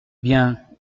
bien